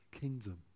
kingdom